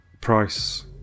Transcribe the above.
price